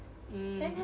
mm